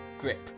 grip